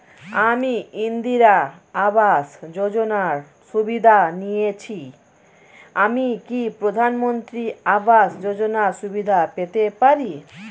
আমি ইন্দিরা আবাস যোজনার সুবিধা নেয়েছি আমি কি প্রধানমন্ত্রী আবাস যোজনা সুবিধা পেতে পারি?